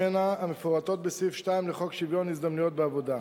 ממנה ומפורטות בסעיף 2 לחוק שוויון ההזדמנויות בעבודה.